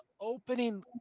opening